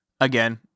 again